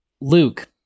luke